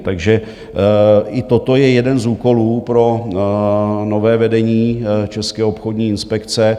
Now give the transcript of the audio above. Takže i toto je jeden z úkolů pro nové vedení České obchodní inspekce.